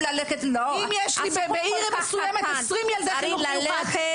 אם יש לי בעיר מסוימת 20 ילדי חינוך מיוחד,